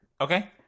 Okay